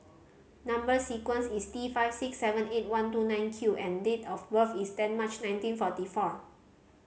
number sequence is T five six seven eight one two nine Q and date of birth is ten March nineteen forty four